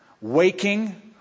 waking